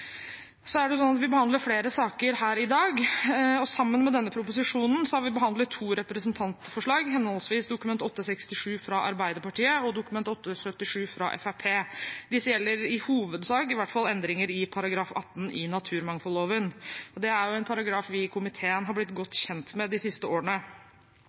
Vi behandler flere saker her i dag. Sammen med denne proposisjonen har vi behandlet to representantforslag, henholdsvis Dokument 8:67, fra Arbeiderpartiet og Dokument 8:77, fra Fremskrittspartiet. Disse gjelder i hovedsak endringer i § 18 i naturmangfoldloven. Det er en paragraf vi i komiteen har blitt godt kjent med de siste årene.